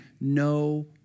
no